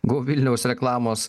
go vilniaus reklamos